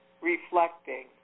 reflecting